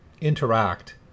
interact